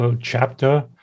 chapter